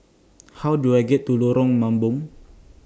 How Do I get to Lorong Mambong